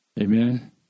Amen